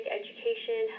education